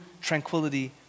tranquility